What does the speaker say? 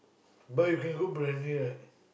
but you can cook Briyani right